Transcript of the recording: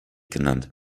genannt